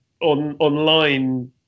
online